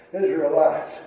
Israelites